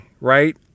right